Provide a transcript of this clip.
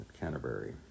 Canterbury